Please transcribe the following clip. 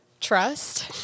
trust